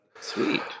sweet